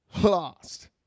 Lost